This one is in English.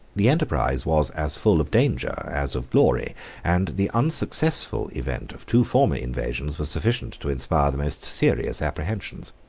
the enterprise was as full of danger as of glory and the unsuccessful event of two former invasions was sufficient to inspire the most serious apprehensions.